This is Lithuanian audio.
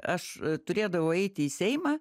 aš turėdavau eiti į seimą